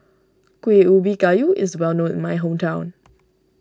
Kuih Ubi Kayu is well known in my hometown